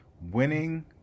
winning